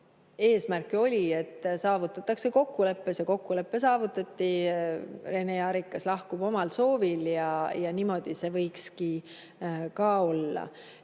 eesmärk oli, et saavutatakse kokkulepe. See kokkulepe saavutati. Rene Arikas lahkub omal soovil ja niimoodi see võikski olla.